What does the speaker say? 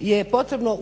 je potrebno